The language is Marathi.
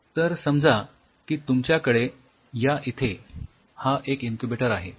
तर समजा की तुमच्याकडे या इथे हा एक इन्क्युबेटर आहे